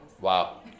Wow